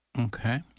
Okay